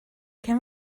can